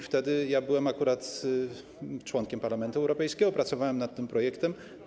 Wtedy ja byłem akurat członkiem Parlamentu Europejskiego, pracowałem nad tym projektem.